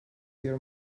their